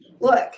look